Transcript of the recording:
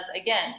again